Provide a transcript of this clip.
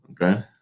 Okay